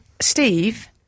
Steve